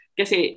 kasi